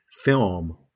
film